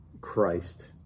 Christ